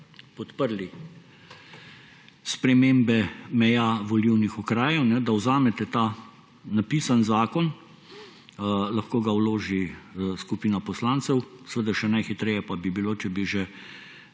podprli spremembe meja volilnih okrajev, da vzamete ta napisan zakon, lahko ga vloži skupina poslancev, seveda še najhitreje pa bi bilo, če bi že